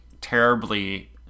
terribly